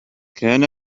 كان